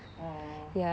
oh